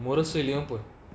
morasu lah யு போய்:yu poai